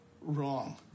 wrong